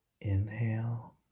Inhale